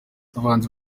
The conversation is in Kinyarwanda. abahanzi